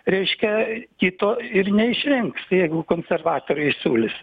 reiškia kito ir neišrinks jeigu konservatoriai siūlys